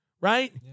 right